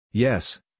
Yes